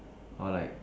I will like